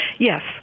Yes